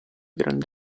grande